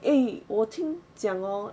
eh 我听讲 hor